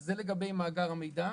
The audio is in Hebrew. זה לגבי מאגר המידע.